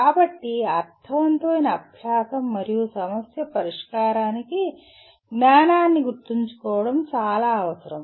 కాబట్టి అర్ధవంతమైన అభ్యాసం మరియు సమస్య పరిష్కారానికి జ్ఞానాన్ని గుర్తుంచుకోవడం చాలా అవసరం